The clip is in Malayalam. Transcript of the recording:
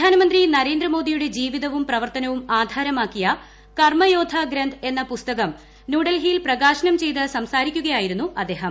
പ്രധാനമന്ത്രി നരേന്ദ്രമോദിയുടെ ജീവിതവും പ്രവർത്തനവും ആധാരമാക്കിയ കർമ്മയോദ്ധ ഗ്രന്ഥ് എന്ന പുസ്തകം ന്യൂഡൽഹിയിൽ പ്രകാശനം ചെയ്ത് സംസാരിക്കുകയായിരുന്നു അദ്ദേഹം